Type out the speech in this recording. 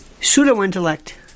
pseudo-intellect